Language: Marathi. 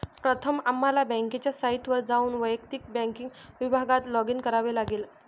प्रथम आम्हाला बँकेच्या साइटवर जाऊन वैयक्तिक बँकिंग विभागात लॉगिन करावे लागेल